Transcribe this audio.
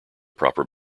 proper